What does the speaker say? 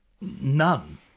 None